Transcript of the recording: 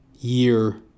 year